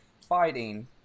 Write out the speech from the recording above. fighting